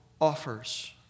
offers